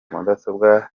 mudasobwa